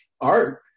art